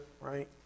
right